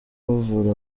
bavura